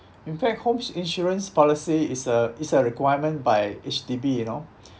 in fact homes insurance policy is a is a requirement by H_D_B you know